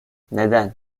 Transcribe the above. neden